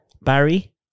Barry